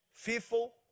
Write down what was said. Fearful